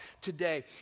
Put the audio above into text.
today